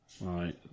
Right